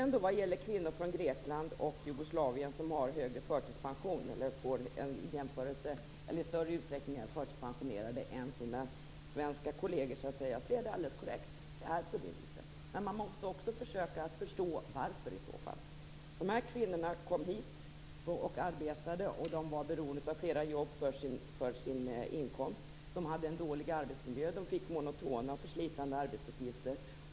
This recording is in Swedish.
När det gäller kvinnor från Grekland och Jugoslavien som i större utsträckning är förtidspensionerade än sina svenska kolleger är detta alldeles korrekt. Det är på det viset. Men man måste också försöka att förstå varför. Dessa kvinnor kom hit för att arbeta. De var beroende av att ha flera jobb för sin försörjning. De hade en dålig arbetsmiljö och fick monotona och förslitande arbetsuppgifter.